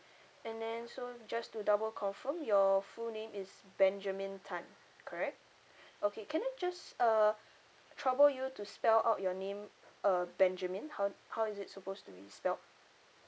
and then so just to double confirm your full name is benjamin tan correct okay can I just uh trouble you to spell out your name uh benjamin how how is it supposed to be spelt